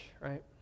right